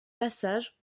passage